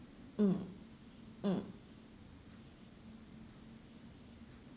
mm mm